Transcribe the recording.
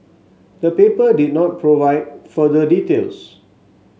the paper did not provide further details